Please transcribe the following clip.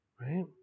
Right